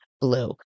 blue